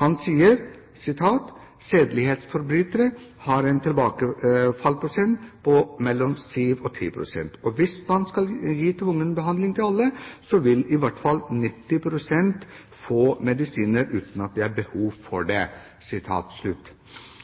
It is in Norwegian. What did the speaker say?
Han sier at «sedelighetsforbrytere har en tilbakefallsprosent på mellom 7 og 10 prosent. Og hvis man skal gi tvungen behandling til alle, så vil i hvert fall 90 % få medisiner uten at der er behov for det».